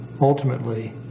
Ultimately